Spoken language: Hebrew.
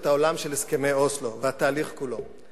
את העולם של הסכמי אוסלו והתהליך כולו.